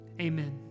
Amen